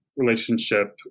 relationship